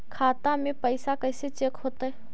खाता में पैसा कैसे चेक हो तै?